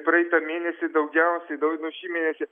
praeitą mėnesį daugiausiai daug nu šį mėnesį